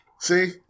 See